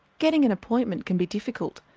getting an appointment can be difficult,